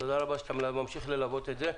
תודה רבה שאתה ממשיך ללוות את זה.